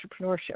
entrepreneurship